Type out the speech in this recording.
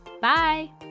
Bye